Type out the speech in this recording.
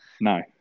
No